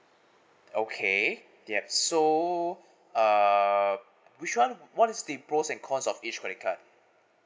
okay ya so uh which [one] what is the pros and cons of each credit card